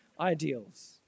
ideals